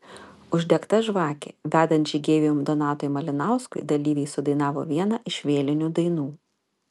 uždegta žvakė vedant žygeiviui donatui malinauskui dalyviai sudainavo vieną iš vėlinių dainų